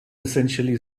essentially